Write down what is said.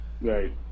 Right